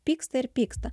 pyksta ir pyksta